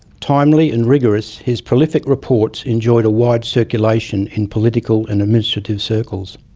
timely and rigorous, his prolific reports enjoyed a wide circulation in political and administrative circles.